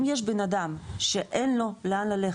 אם יש בנאדם שאין לו לאן ללכת,